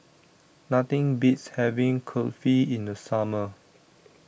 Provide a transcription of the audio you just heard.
Nothing Beats having Kulfi in The Summer